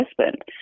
husband